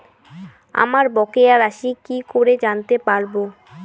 আমার বকেয়া রাশি কি করে জানতে পারবো?